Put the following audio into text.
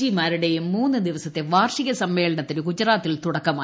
G മാരുടെയും മൂന്ന് ദിവസത്തെ വാർഷിക സമ്മേളനത്തിന് ഗുജറാത്തിൽ തുടക്കമായി